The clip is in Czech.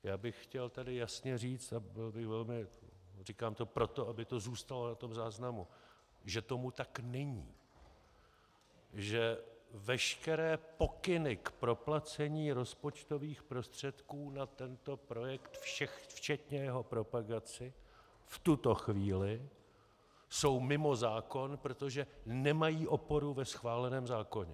Já bych chtěl tady jasně říct, a říkám to pro to, aby to zůstalo na záznamu, že tomu tak není, že veškeré pokyny k proplacení rozpočtových prostředků na tento projekt, včetně jeho propagace, v tuto chvíli jsou mimo zákon, protože nemají oporu ve schváleném zákoně.